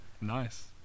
Nice